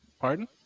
Pardon